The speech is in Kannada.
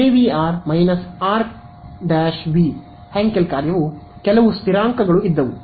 ಕೆವಿಆರ್ ಆರ್ವಿ ಹ್ಯಾಂಕೆಲ್ ಕಾರ್ಯವು ಕೆಲವು ಸ್ಥಿರಾಂಕಗಳು ಇದ್ದವು